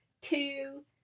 two